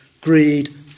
greed